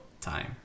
Time